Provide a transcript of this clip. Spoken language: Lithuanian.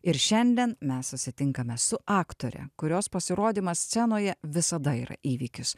ir šiandien mes susitinkame su aktore kurios pasirodymas scenoje visada yra įvykis